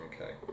Okay